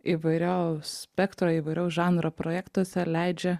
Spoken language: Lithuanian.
įvairaus spektro įvairaus žanro projektuose leidžia